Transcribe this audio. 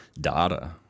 data